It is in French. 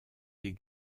des